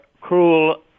cruel